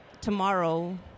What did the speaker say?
tomorrow